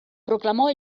proclamò